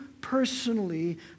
personally